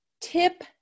tip